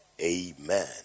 Amen